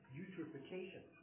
eutrophication